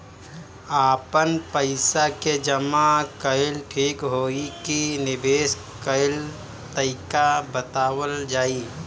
आपन पइसा के जमा कइल ठीक होई की निवेस कइल तइका बतावल जाई?